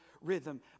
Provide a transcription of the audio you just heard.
rhythm